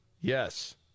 Yes